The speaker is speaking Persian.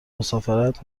مسافرت